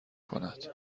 کند